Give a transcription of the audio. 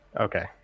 Okay